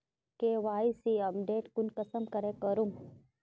KYC update कुंसम करे करूम?